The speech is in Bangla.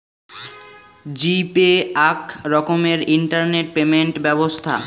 জি পে আক রকমের ইন্টারনেট পেমেন্ট ব্যবছ্থা